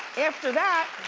after that,